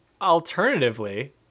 Alternatively